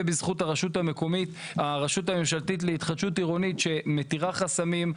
בזכות הרשות הממשלתית להתחדשות עירונית שמתירה חסמים,